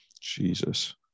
Jesus